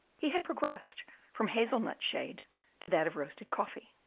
he had progressed from hazel-nut shade to that of roasted coffee,